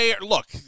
Look